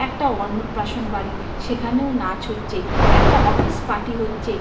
একটা অন্নপ্রাশন বাড়ি সেখানেও নাচ হচ্ছে একটা অফিস পার্টি হচ্ছে